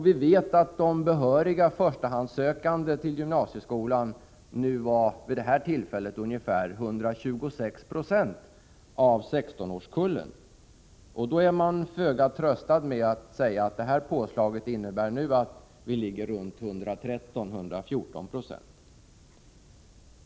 Vi vet att de behöriga förstahandssökande till gymnasieskolan kan vara 126 90 av 16-årskullen. Då är det till föga tröst att höra att påslaget innebär att vi nu ligger vid 113-114 26.